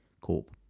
Corp